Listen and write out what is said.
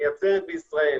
שמייצרת בישראל,